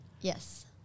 Yes